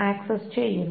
access ചെയ്യുന്നു